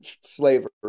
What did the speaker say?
slavery